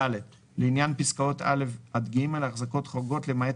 לעניין פסקאות (א) עד (ג) "החזקות חורגות" למעט